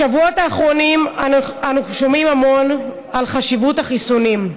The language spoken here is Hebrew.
בשבועות האחרונים אנו שומעים המון על חשיבות החיסונים.